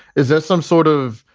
is there some sort of,